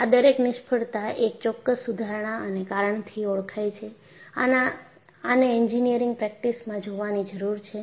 આ દરેક નિષ્ફળતા એક ચોક્કસ સુધારણા અને કારણથી ઓળખાય છે આને એન્જિનિયરિંગ પ્રેક્ટિસમાં જોવાની જરૂર છે